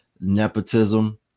nepotism